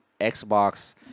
Xbox